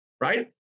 Right